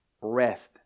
Rest